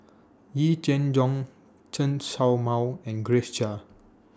Yee Jenn Jong Chen Show Mao and Grace Chia